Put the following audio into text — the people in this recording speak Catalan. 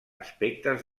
aspectes